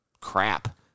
crap